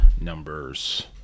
numbers